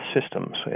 systems